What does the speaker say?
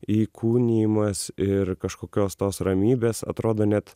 įkūnijimas ir kažkokios tos ramybės atrodo net